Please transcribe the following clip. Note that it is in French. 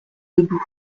debout